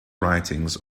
writings